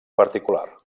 particular